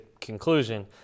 conclusion